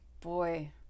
boy